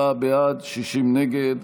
54 בעד, 60 נגד.